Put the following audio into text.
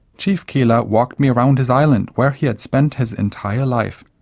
chief kela walked me around his island where he had spent his entire life.